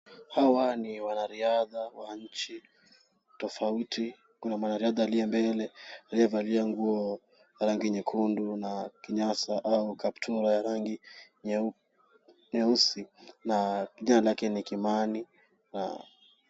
Hawa ni wanariadha wa nchi tofauti. Kuna mwanariadha aliye mbele, aliyevalia nguo ya rangi nyekundu na kinyasa au kaptura ya rangi nyeusi na jina lake ni Kimani.